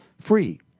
free